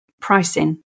pricing